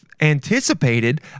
anticipated